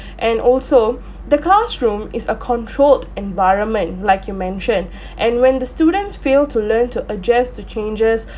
and also the classroom is a controlled environment like you mentioned and when the students fail to learn to adjust to changes